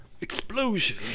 Explosion